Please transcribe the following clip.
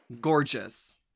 Gorgeous